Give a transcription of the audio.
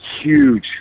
huge